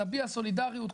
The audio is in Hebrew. נביע סולידריות,